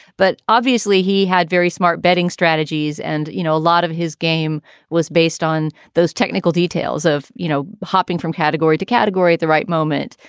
but obviously he had very smart betting strategies. and, you know, a lot of his game was based on those technical details of, you know, hopping from category to category at the right moment,